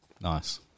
Nice